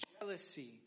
jealousy